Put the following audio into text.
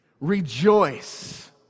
Rejoice